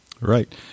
Right